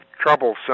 troublesome